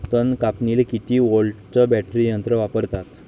तन कापनीले किती व्होल्टचं बॅटरी यंत्र वापरतात?